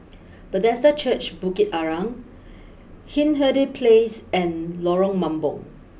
Bethesda Church Bukit Arang Hindhede place and Lorong Mambong